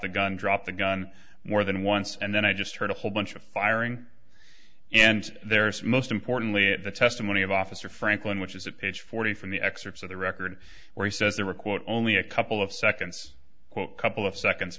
the gun drop the gun more than once and then i just heard a whole bunch of firing and there's most importantly at the testimony of officer franklin which is a page forty from the excerpts of the record where he says the requote only a couple of seconds quote couple of seconds